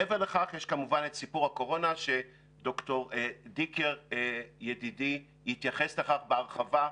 מעבר לכך יש כמובן את סיפור הקורונה שד"ר דיקר ידידי יתייחס לכך בהרחבה,